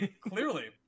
clearly